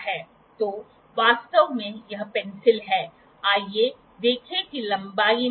एक sine centre conical workpiece के angle को मापने का एक साधन प्रदान करता है जो सेंटरस के बीच होते हैं